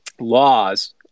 laws